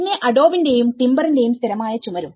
പിന്നെ അഡോബിന്റെയും ടിമ്പറിന്റെയും സ്ഥിരമായ ചുമരും